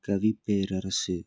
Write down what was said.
கவிப்பேரரசு